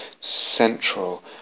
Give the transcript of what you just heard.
central